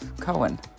Cohen